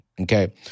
okay